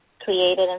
created